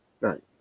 right